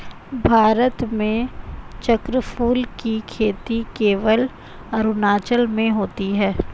भारत में चक्रफूल की खेती केवल अरुणाचल में होती है